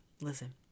listen